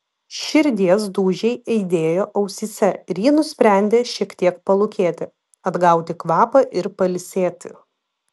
širdies dūžiai aidėjo ausyse ir ji nusprendė šiek tiek palūkėti atgauti kvapą ir pailsėti